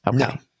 Okay